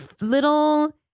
little